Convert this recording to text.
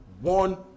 One